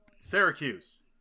Syracuse